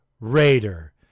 Raider